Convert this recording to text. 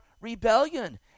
rebellion